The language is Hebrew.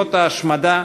למזימות ההשמדה,